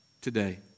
today